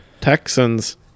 texans